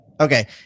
Okay